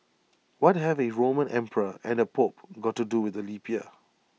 what have A Roman emperor and A pope got to do with the leap year